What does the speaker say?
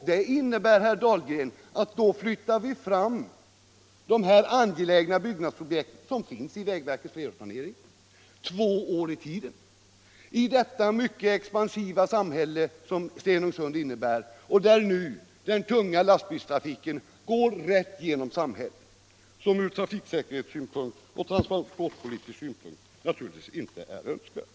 Det innebär, herr Dahlgren, att vi flyttar fram dessa angelägna byggnadsobjekt, som finns i vägverkets flerårsplanering, två år i tiden för det expansiva samhället Stenungsund, där den tunga lastbilstrafiken nu går rätt igenom samhället, vilket ur trafiksäkerhetssynpunkt och transportpolitisk synpunkt naturligtvis inte är önskvärt.